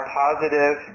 positive